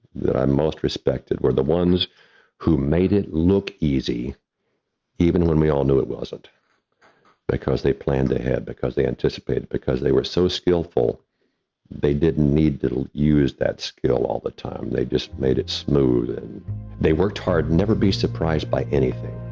that i'm most respected were the ones who made it look easy even when we all know it wasn't because they planned ahead, because they anticipated, because they were so skillful they didn't need to use that skill all the time. they just made it smooth, and they worked hard, never be surprised by anything.